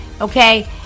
Okay